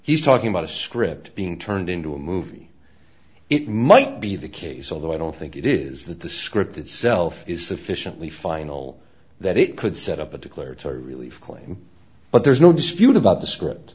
he's talking about a script being turned into a movie it might be the case although i don't think it is that the script itself is sufficiently final that it could set up a declaratory relief cleaning but there's no dispute about the script